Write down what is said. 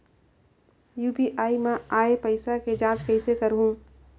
UPI मा आय पइसा के जांच कइसे करहूं?